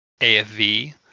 AFV